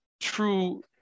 true